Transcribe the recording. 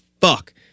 fuck